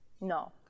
No